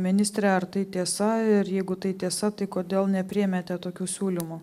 ministre ar tai tiesa ir jeigu tai tiesa tai kodėl nepriėmėte tokių siūlymų